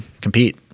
compete